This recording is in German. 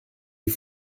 die